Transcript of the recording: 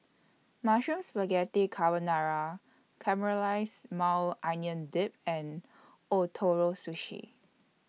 Mushroom Spaghetti Carbonara Caramelized Maui Onion Dip and Ootoro Sushi